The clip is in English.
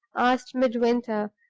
asked midwinter,